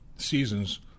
seasons